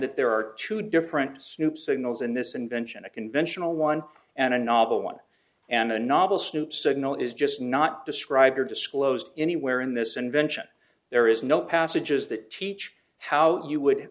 that there are two different snoop signals in this invention a conventional one and a novel one and a novel snoop signal is just not described or disclosed anywhere in this invention there is no passages that teach how you would